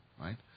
right